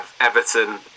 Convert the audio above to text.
Everton